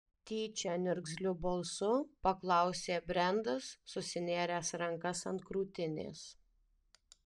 tyčia niurgzliu balsu paklausė brendas susinėręs rankas ant krūtinės